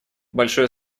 большое